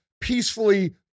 peacefully